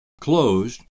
closed